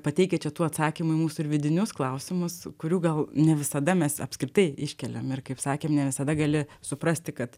pateikia čia tų atsakymų į mūsų ir vidinius klausimus kurių gal ne visada mes apskritai iškeliam ir kaip sakėm ne visada gali suprasti kad